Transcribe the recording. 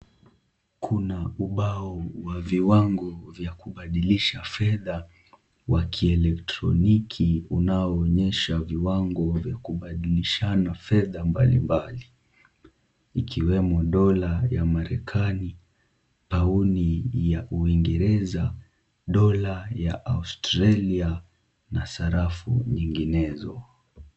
Kuna ubao wa viwango vya kubadilisha fedha wa kielektroniki unaoonyesha viwango vya kubadilishana fedha mbalimbali, ikiwemo dola ya Marekani, pauni ya uingereza, dola ya Australia na sarafu nyinginezo.